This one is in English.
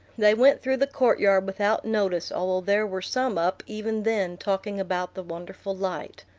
they went through the court-yard without notice, although there were some up even then talking about the wonderful light.